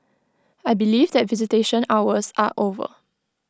I believe that visitation hours are over